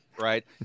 right